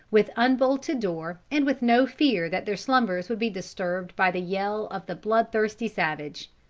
with unbolted door and with no fear that their slumbers would be disturbed by the yell of the blood-thirsty savage.